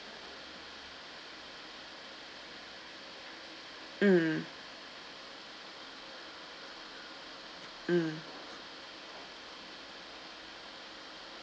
mm mm mm